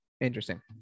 Interesting